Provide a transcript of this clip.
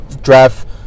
draft